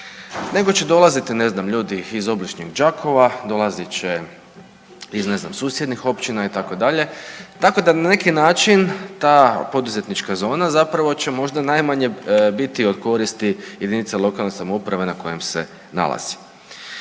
nego će dolaziti, ne znam iz obližnjeg Đakova, dolazit će iz ne znam susjednih općina itd. tako da na neki način ta poduzetnička zona zapravo će možda najmanje biti od koristi jedinice lokalne samouprave na kojem se nalazi.